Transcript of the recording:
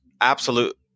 absolute